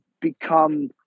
become